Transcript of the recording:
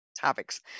topics